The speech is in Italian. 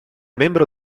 membro